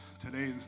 today